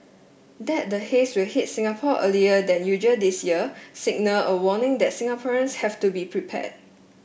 that the haze will hit Singapore earlier than usual this year signaled a warning that Singaporeans have to be prepared